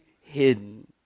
hidden